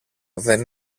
δεν